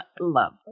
love